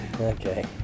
Okay